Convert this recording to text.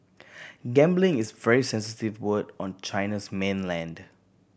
gambling is very sensitive word on China's mainland